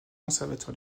conservateur